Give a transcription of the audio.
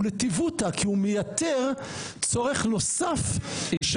הוא לטיבותא כי הוא מייתר צורך נוסף של